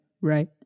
Right